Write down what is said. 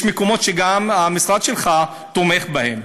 יש מקומות שגם המשרד שלך תומך בהם,